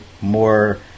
more